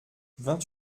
vingt